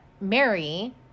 Mary